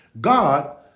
God